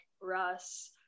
russ